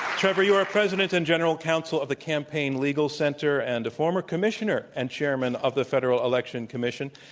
trevor, you are president and general counsel of the campaign legal center and a former commissioner and chairman of the federal election commission.